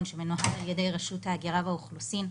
שמנוהל על ידי רשות ההגירה והאוכלוסין,